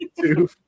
two